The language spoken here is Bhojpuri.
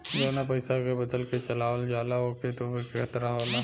जवना पइसा के बदल के चलावल जाला ओके डूबे के खतरा होला